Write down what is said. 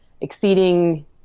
exceeding